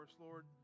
Lord